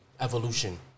Evolution